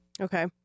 Okay